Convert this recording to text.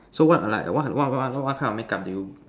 so what like what what what what kind of make up do you